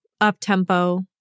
up-tempo